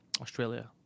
Australia